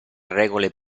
regole